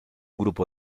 grupo